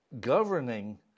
Governing